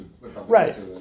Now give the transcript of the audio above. Right